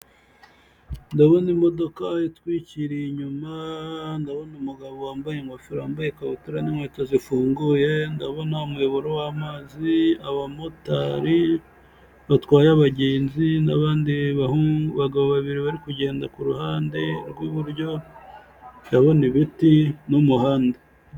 Ndabona imodoka itwikiriye inyuma, ndabona umugabo wambaye ingofero wambaye ikabutura n'inkweto zifunguye, ndabona umuyoboro w'amazi, abamotari batwaye abagenzi, n'abandi bagabo babiri bari kugenda ku ruhande rw'iburyo, ndabona ibiti n'umuhanda.